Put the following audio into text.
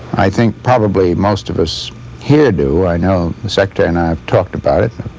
i think, probably, most of us here do, i know the secretary and i have talked about it,